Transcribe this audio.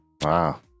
Wow